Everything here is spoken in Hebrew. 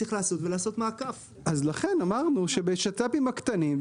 צריך לעשות מעקף אז לכן אמרנו שבשצ"פים הקטנים,